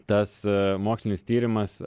tas mokslinis tyrimas